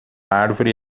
árvore